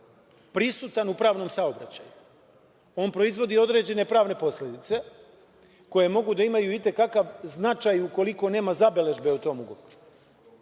prisutan u pravnom saobraćaju, on proizvodi određene pravne posledice koje mogu da imaju i te kakav značaj ukoliko nema zabeležbe o tom ugovoru.